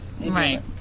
Right